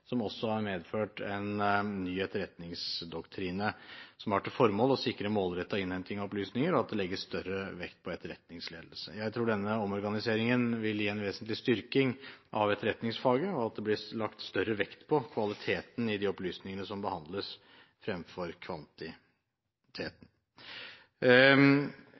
som har medført en ny etterretningsdoktrine, som har til formål å sikre målrettet innhenting av opplysninger, og at det legges større vekt på etterretningsledelse. Jeg tror denne omorganiseringen vil gi en vesentlig styrking av etterretningsfaget, og at det blir lagt større vekt på kvaliteten i de opplysningene som behandles, fremfor kvantiteten.